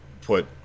put